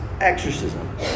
exorcism